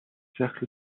cercle